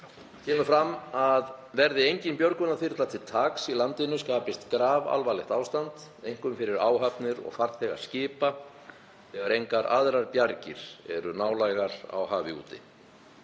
kemur fram að verði engin björgunarþyrla til taks í landinu skapist grafalvarlegt ástand, einkum fyrir áhafnir og farþega skipa þegar engar aðrar bjargir eru nálægar á hafi úti.